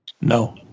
No